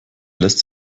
lässt